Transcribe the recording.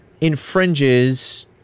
infringes